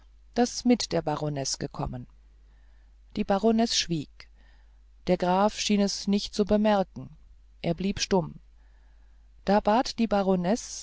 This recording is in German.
das mit der baronesse gekommen die baronesse schwieg der graf schien es nicht zu bemerken er blieb stumm da bat die